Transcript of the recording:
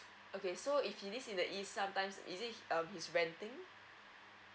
okay so if he list in the e sometimes is it um he's renting